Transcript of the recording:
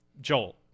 Joel